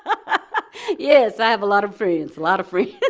um yes, i have a lot of friends a lot of friends